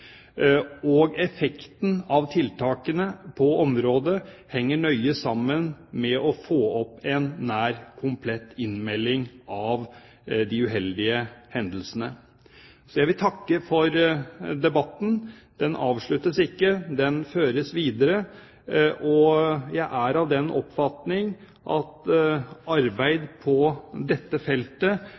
Effekten av tiltakene på området henger nøye sammen med å få fram en nær komplett innmelding av de uheldige hendelsene. Jeg vil takke for debatten. Den avsluttes ikke – den føres videre. Jeg er av den oppfatning at arbeid på dette feltet